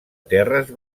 terres